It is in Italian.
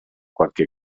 qualche